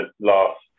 last